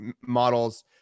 models